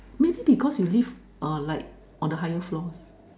maybe because you live uh like on the higher floor